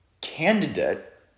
candidate